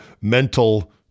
mental